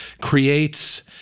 creates